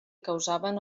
causaven